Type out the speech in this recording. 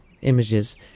images